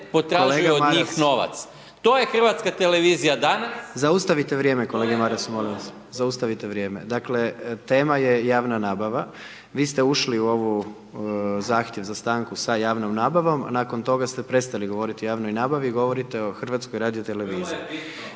potražuje od njih novac, to je hrvatska televizija danas. **Jandroković, Gordan (HDZ)** Zaustavite vrijeme kolegi Marasu, molim vas, zaustavite vrijeme. Dakle, tema je javna nabava, vi ste ušli u ovu, zahtjev za stankom sa javnom nabavom, nakon toga ste prestali govoriti o javnoj nabavi, govorite o HRT. …/Upadica se